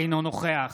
אינו נוכח